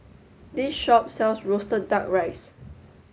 this shop sells Roasted Duck Rice